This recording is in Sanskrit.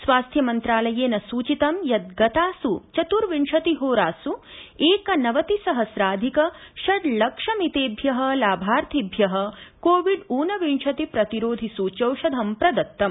स्वास्थ्य मन्त्रालयेन सूचितं यत् गतास् चत्र्विंशति होरास् एकनवति सहस्राधिक षड् लक्ष मितेभ्यः लाभार्थिभ्यः कोविड् ऊनविंशति प्रतिरोधि सूच्यौषधं प्रदत्तम्